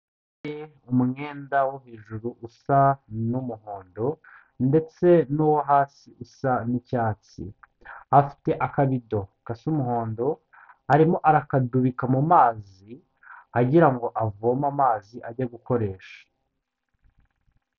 Umwenda wo hejuru usa n'umuhondo ndetse n'uwo hasi usa n'icyatsi, afite akabido gasa umuhondo, arimo arakadubika mu mazi agira ngo avome amazi ajya gukoresha.